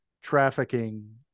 trafficking